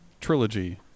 trilogy